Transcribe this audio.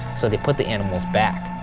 so they put the animals back,